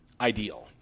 ideal